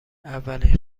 اولین